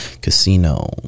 casino